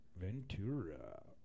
Ventura